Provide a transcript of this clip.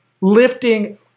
lifting